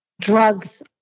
drugs